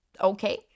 okay